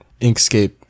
inkscape